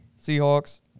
Seahawks